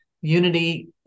unity